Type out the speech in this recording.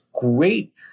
great